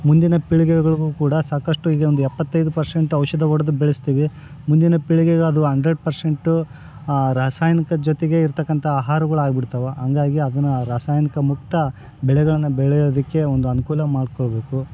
ಮುಂದಿನ ಪೀಳಿಗೆಗಳ್ಗು ಕೂಡ ಸಾಕಷ್ಟು ಈಗ ಒಂದು ಎಪ್ಪತೈದು ಪರ್ಶೆಂಟ್ ಔಷಧ ಹೊಡ್ದ್ ಬೆಳೆಸ್ತೀವಿ ಮುಂದಿನ ಪೀಳಿಗೆಗೆ ಅದು ಹಂಡ್ರೆಡ್ ಪರ್ಶೆಂಟು ರಾಸಾಯನಿಕ ಜೊತೆಗೆ ಇರ್ತಕ್ಕಂಥ ಆಹಾರಗಳ್ ಆಗ್ಬಿಡ್ತವೆ ಹಂಗಾಗಿ ಅದನ್ನು ರಾಸಾಯನಿಕ ಮುಕ್ತ ಬೆಳೆಗಳನ್ನು ಬೆಳೆಯೋದಕ್ಕೇ ಒಂದು ಅನುಕೂಲ ಮಾಡಿಕೊಳ್ಬೇಕು